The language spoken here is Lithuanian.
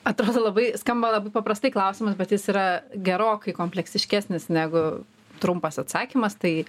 atrodo labai skamba labai paprastai klausimas bet jis yra gerokai kompleksiškesnis negu trumpas atsakymas tai